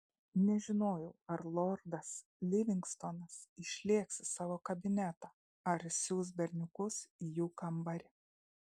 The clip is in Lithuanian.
nežinojau ar lordas livingstonas išlėks į savo kabinetą ar išsiųs berniukus į jų kambarį